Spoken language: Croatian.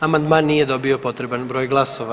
Amandman nije dobio potreban broj glasova.